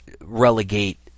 relegate